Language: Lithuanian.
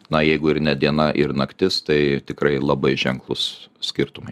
na jeigu ir ne diena ir naktis tai tikrai labai ženklūs skirtumai